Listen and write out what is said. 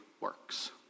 works